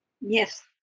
Yes